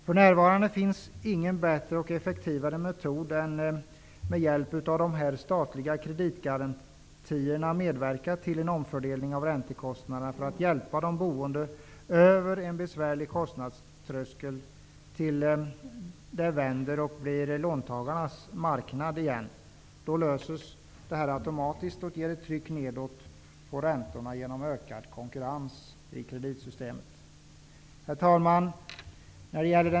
För närvarande finns det ingen bättre och effektivare metod än att med hjälp av de statliga kreditgarantierna medverka till en omfördelning av räntekostnaderna för att hjälpa de boende över en besvärlig kostnadströskel tills det vänder och blir låntagarnas marknad igen. Då löses det här automatiskt och ger ett tryck nedåt på räntorna, genom ökad konkurrens i kreditsystemet. Herr talman!